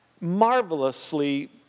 marvelously